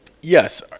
Yes